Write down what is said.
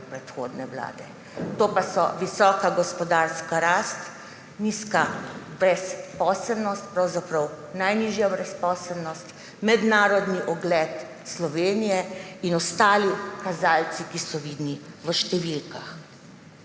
predhodne vlade, to pa so visoka gospodarska rast, nizka brezposelnost, pravzaprav najnižja brezposelnost, mednarodni ugled Slovenije in ostali kazalci, ki so vidni v številkah.